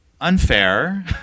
unfair